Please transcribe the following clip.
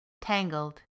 tangled